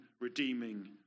redeeming